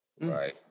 right